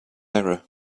error